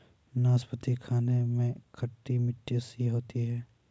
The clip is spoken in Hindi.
नाशपती खाने में खट्टी मिट्ठी सी होती है